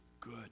good